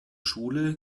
schule